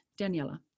Daniela